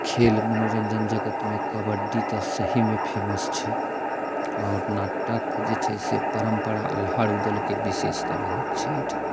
खेल मनोरञ्जन जगतमे कबड्डी तऽ सहीमे फेमस छै आओर नाटक जे छै से परम्परा आल्हा रूदलके विशेषता बहुत छै एहिठाम